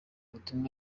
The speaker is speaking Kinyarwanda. butumwa